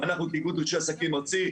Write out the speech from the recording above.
ואנחנו באיגוד רישוי עסקים ארצי,